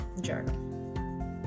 journal